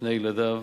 ושני ילדיו,